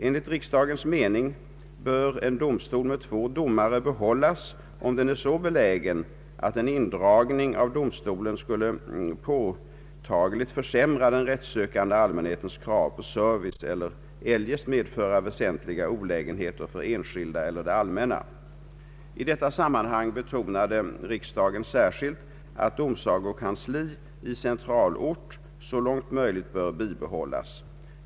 Enligt riksdagens mening bör en domstol med två domare behållas om den är så belägen att en indragning av domstolen skulle påtagligt försämra den rättssökande allmänhetens krav på service eller eljest medföra väsentliga olägenheter för enskilda eller det allmänna. I detta sammanhang betonade riksdagen särskilt att domsagokansli i centralort så långt möjligt bör bibehållas.